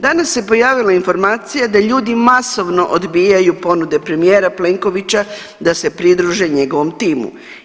Danas se pojavila informacija da ljudi masovno odbijaju ponude premijera Plenkovića da se pridruže njegovom timu.